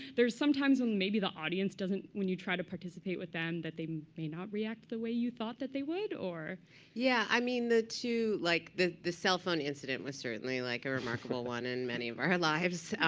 there are some times when maybe the audience doesn't when you try to participate with them, that they may not react the way you thought that they would, or rachel chavkin yeah. i mean, the two like the the cell phone incident was certainly like a remarkable one in many of our lives,